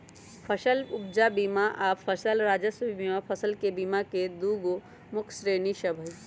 फसल उपजा बीमा आऽ फसल राजस्व बीमा फसल बीमा के दूगो प्रमुख श्रेणि सभ हइ